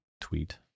tweet